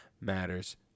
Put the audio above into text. matters